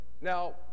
now